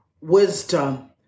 wisdom